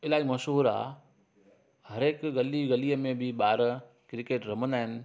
इलाही मशहूरु आहे हर हिकु गली गलीअ में बि ॿार क्रिकेट रमंदा आहिनि